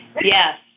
Yes